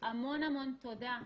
המון המון תודה.